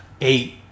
eight